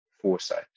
foresight